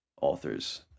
authors